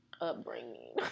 Upbringing